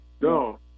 No